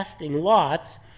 lots